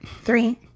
three